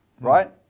right